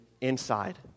inside